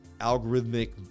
algorithmic